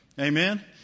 Amen